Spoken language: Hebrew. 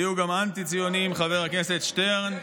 היו גם אנטי-ציונים, חבר הכנסת שטרן.